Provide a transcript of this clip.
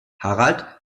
harald